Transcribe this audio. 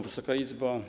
Wysoka Izbo!